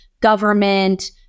government